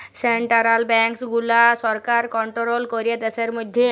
central banks গুলা সরকার control ক্যরে দ্যাশের ম্যধে